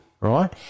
right